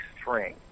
string